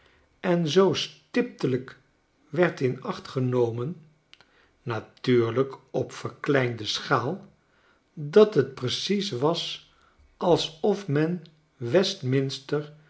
en zoo stiptelijk werd in acht genomen natuurlijk op verkleinde schaal dat het precies was alsof men